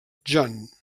john